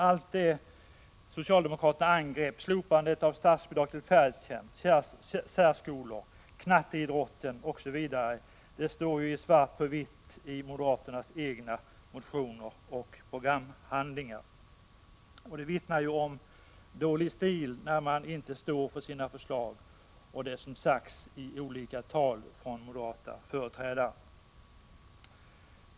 De förslag som vi angrep och som gällde slopandet av statsbidragen till färdtjänsten, särskolorna, knatteidrotten osv. finns i svart på vitt i moderaternas egna motioner och programhandlingar. Det vittnar om dålig stil när moderaterna inte står för sina förslag och för det som sagts i olika tal av moderata företrädare.